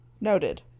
Noted